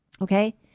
okay